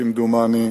כמדומני,